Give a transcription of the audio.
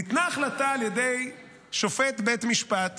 ניתנה החלטה על ידי שופט בית משפט